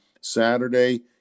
Saturday